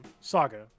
Saga